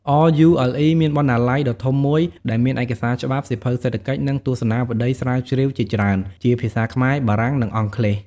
RULE មានបណ្ណាល័យដ៏ធំមួយដែលមានឯកសារច្បាប់ សៀវភៅសេដ្ឋកិច្ច និងទស្សនាវដ្តីស្រាវជ្រាវជាច្រើន ជាភាសាខ្មែរ បារាំង និងអង់គ្លេស។